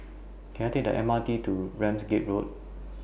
Can I Take The M R T to Ramsgate Road